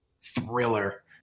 thriller